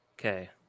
Okay